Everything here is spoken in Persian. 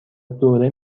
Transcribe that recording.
دوره